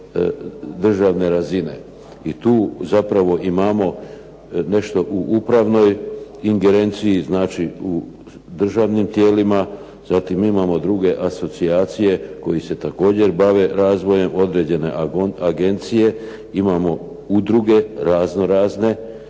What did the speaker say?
držane razine. I tu zapravo imamo nešto u upravnoj ingerenciji, znači u državnim tijelima, zatim imamo druge asocijacije koji se također bave razvojem određene agencije, imamo udruge razno razne.